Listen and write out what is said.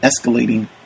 escalating